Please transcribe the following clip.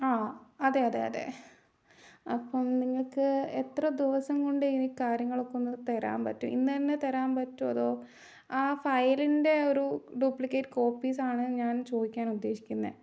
ആ അതെ അതെ അതെ അപ്പം നിങ്ങൾക്ക് എത്ര ദിവസംകൊണ്ട് ഇനി കാര്യങ്ങളൊക്കെയൊന്നു തരാൻ പറ്റും ഇന്നുതന്നെ തരാൻ പറ്റുമോ അതോ ആ ഫയലിൻ്റെ ഒരു ഡ്യൂപ്ലിക്കേറ്റ് കോപ്പീസാണ് ഞാൻ ചോദിക്കാൻ ഉദ്ദേശിക്കുന്നത്